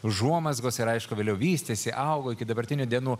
užuomazgos ir aišku vėliau vystėsi augo iki dabartinių dienų